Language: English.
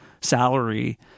salary